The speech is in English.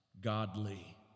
godly